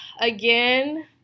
again